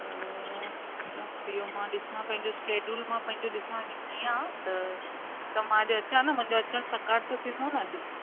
ॿियो मां ॾिसां पंहिंजो शेडूल मां पंहिंजो ॾिसां कि कीअं आहे त मां अॼु अचां न मुंहिंजो अचनि साकार त थीन्दो न अॼु